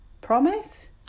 Promise